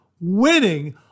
winning